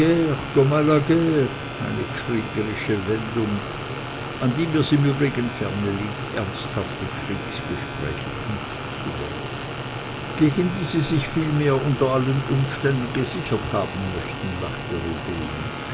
kriegerische wendung an die mir's im übrigen ferne liegt ernsthafte kriegsgespräche knüpfen zu wollen gegen die sie sich vielmehr unter allen umständen gesichert haben möchten lachte